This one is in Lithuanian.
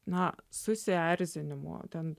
na susierzinimo ten